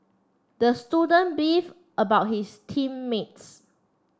the student beefed about his team mates